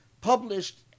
published